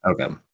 Okay